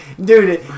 dude